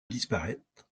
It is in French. disparaître